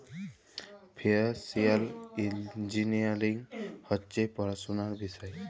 financial engineering হছে পড়াশুলার বিষয়